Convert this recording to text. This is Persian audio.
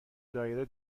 دایره